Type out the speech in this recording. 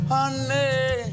Honey